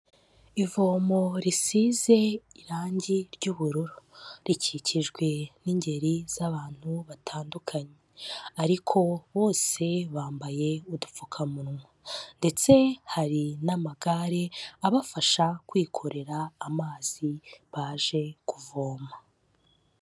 Ivomo risize irangi ry'ubururu rikikijwe n'ingeri z'abantu batandukanye ariko bose bambaye udupfukamunwa ndetse hari n'amagare abafasha kwikorera amazi baje kuvoma.